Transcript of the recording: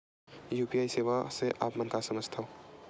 UPI सेवा से आप मन का समझ थान?